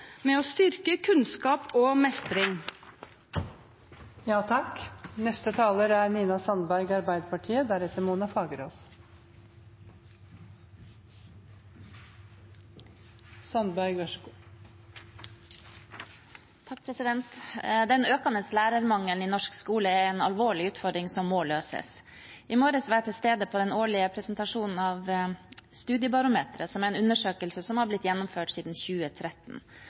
med å styrke kunnskap og mestring. Den økende lærermangelen i norsk skole er en alvorlig utfordring som må løses. I morges var jeg til stede på den årlige presentasjonen av Studiebarometeret, som er en undersøkelse som har blitt gjennomført siden 2013.